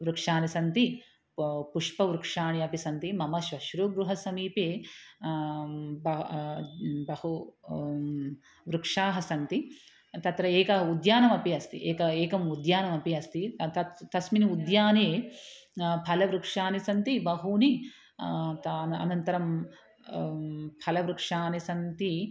वृक्षाणि सन्ति पु पुष्पवृक्षाणि अपि सन्ति मम श्वश्र्वाः गृह समीपे ब बहु वृक्षाः सन्ति तत्र एकम् उद्यानमपि अस्ति एकम् एकम् उद्यानमपि अस्ति तत् तस्मिन् उद्याने फलवृक्षाणि सन्ति बहुनि तत् अनन्तरं फलवृक्षाणि सन्ति